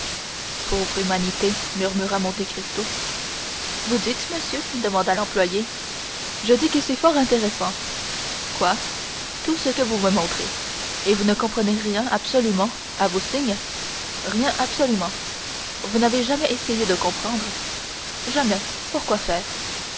pauvre humanité murmura monte cristo vous dites monsieur demanda l'employé je dis que c'est fort intéressant quoi tout ce que vous me montrez et vous ne comprenez rien absolument à vos signes rien absolument vous n'avez jamais essayé de comprendre jamais pour quoi faire